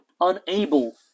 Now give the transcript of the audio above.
unable